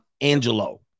angelo